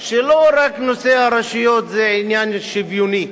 שלא רק נושא הרשויות זה עניין שוויוני,